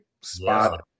spot